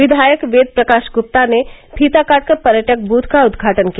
विधायक वेद प्रकाश गुप्ता ने फीता काटकर पर्यटक बूथ का उद्घाटन किया